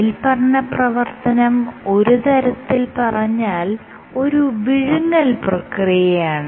മേല്പറഞ്ഞ പ്രവർത്തനം ഒരു തരത്തിൽ പറഞ്ഞാൽ ഒരു വിഴുങ്ങൽ പ്രക്രിയയാണ്